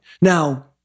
Now